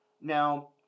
Now